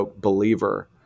believer